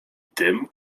tym